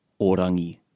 orangi